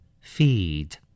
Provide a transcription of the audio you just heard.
Feed